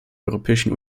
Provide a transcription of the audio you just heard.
europäischen